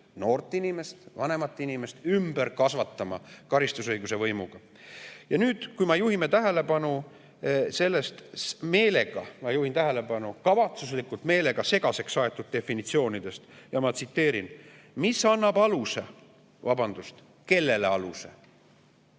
noort inimest, vanemat inimest ümber kasvatama karistusõiguse võimuga. Kui me juhime tähelepanu meelega – ma juhin tähelepanu, kavatsuslikult, meelega – segaseks aetud definitsioonidele, siis ma tsiteerin: "mis annab aluse" – vabandust, kellele aluse?